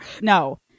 No